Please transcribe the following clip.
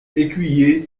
écuyers